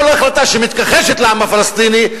כל החלטה שמתכחשת לעם הפלסטיני,